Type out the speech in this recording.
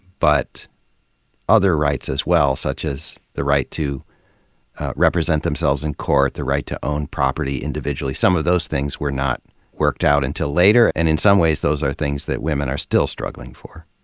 but other rights as well, such as the right to represent themselves in court, the right to own property individually. some of those things were not worked out until later, and in some ways those are things that women are still struggling for.